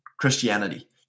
christianity